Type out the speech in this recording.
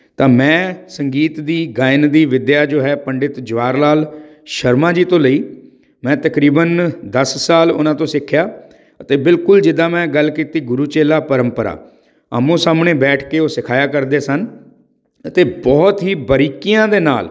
ਤਾਂ ਮੈਂ ਸੰਗੀਤ ਦੀ ਗਾਇਨ ਦੀ ਵਿੱਦਿਆ ਜੋ ਹੈ ਪੰਡਿਤ ਜਵਾਹਰ ਲਾਲ ਸ਼ਰਮਾ ਜੀ ਤੋਂ ਲਈ ਮੈਂ ਤਕਰੀਬਨ ਦਸ ਸਾਲ ਉਹਨਾਂ ਤੋਂ ਸਿੱਖਿਆ ਅਤੇ ਬਿਲਕੁਲ ਜਿੱਦਾਂ ਮੈਂ ਗੱਲ ਕੀਤੀ ਗੁਰੂ ਚੇਲਾ ਪਰੰਪਰਾ ਆਹਮੋ ਸਾਹਮਣੇ ਬੈਠ ਕੇ ਉਹ ਸਿਖਾਇਆ ਕਰਦੇ ਸਨ ਅਤੇ ਬਹੁਤ ਹੀ ਬਰੀਕੀਆਂ ਦੇ ਨਾਲ